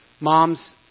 Moms